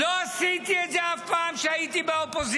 לא עשיתי את זה אף פעם כשהייתי באופוזיציה.